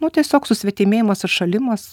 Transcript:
nu tiesiog susvetimėjimas atšalimas